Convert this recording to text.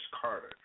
Carter